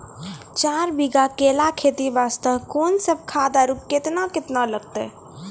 चार बीघा केला खेती वास्ते कोंन सब खाद आरु केतना केतना लगतै?